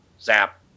zap